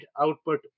output